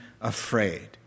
afraid